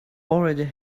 already